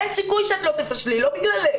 אין סיכוי שאת לא תפשלי, ולא בגללך.